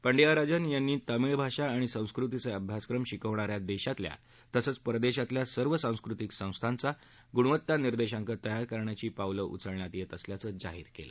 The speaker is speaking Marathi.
पांडियाराजन यांनी तामिळ भाषा आणि संस्कृतीचे अभ्यासक्रम शिकवणा या देशातल्या तसंच परदेशातल्याही सर्व सांस्कृतिक संस्थांचा गुणवत्ता निदेशांक तयार करण्याची पावलं उचलण्यात येत असल्याचं जाहीर केलं